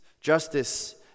justice